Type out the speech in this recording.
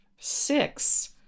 six